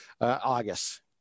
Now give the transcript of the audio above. August